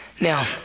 Now